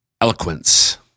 eloquence